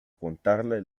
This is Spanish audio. contarle